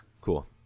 Cool